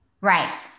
Right